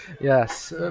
yes